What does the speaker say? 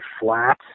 flat